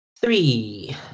Three